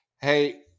Hey